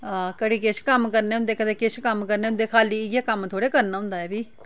घड़ी किश कम्म करने होंदे कदें किश कम्म करने होंदे खाल्ली इ'यै कम्म थोह्ड़ी करने होंदे ऐ बी